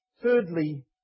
Thirdly